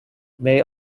may